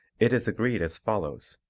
it is agreed as follows